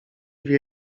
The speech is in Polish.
wie